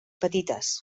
petites